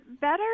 better